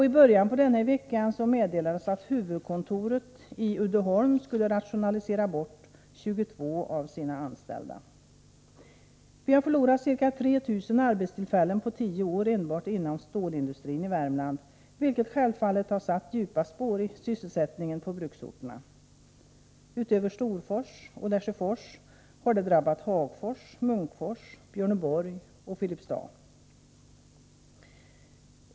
I början av den här veckan meddelades från huvudkontoret i Uddeholm att 22 av företagets anställda skulle bortrationaliseras. I Värmland har vi förlorat ca 3 000 arbetstillfällen på tio år enbart inom stålindustrin, vilket självfallet satt djupa spår i sysselsättningen på bruksorterna. Förutom Storfors och Lesjöfors har även Hagfors, Munkfors, Björneborg och Filipstad drabbats.